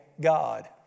God